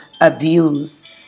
abuse